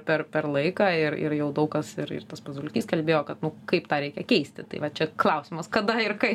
per per laiką ir ir jau daug kas ir ir tas pats dulkys kalbėjo kad nu kaip tą reikia keisti tai va čia klausimas kada ir kai